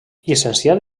llicenciat